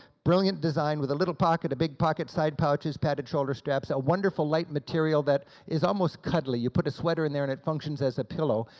brilliant design with a little pocket, a big pocket, side pouches, padded shoulder straps, a wonderful light material that is almost cuddly you put a sweater in there and it functions as a pillow.